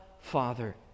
Father